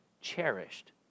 cherished